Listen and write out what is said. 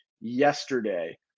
yesterday